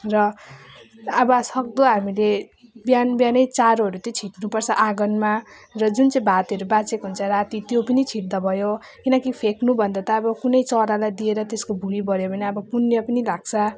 र अब सक्दो हामीले बिहान बिहानै चारोहरू चाहिँ छर्नुपर्छ आँगनमा र जुन चाहिँ भातहरू बाँचेको हुन्छ राति त्यो पनि छर्दा भयो किनकि फ्याँक्नुभन्दा त अब कुनै चरालाई दिएर त्यसको भुँडी भर्यो भने अब पुण्य पनि लाग्छ